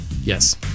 Yes